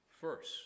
first